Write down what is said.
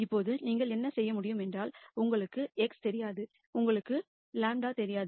இப்போது நீங்கள் என்ன செய்ய முடியும் என்றால் உங்களுக்கு x தெரியாது உங்களுக்கு λ தெரியாது